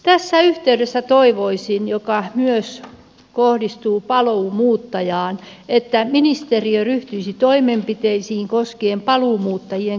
tässä yhteydessä toivoisin mikä myös kohdistuu paluumuuttajaan että ministeriö ryhtyisi toimenpiteisiin koskien paluumuuttajien kaksoisverotusta